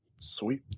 Sweet